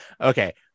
okay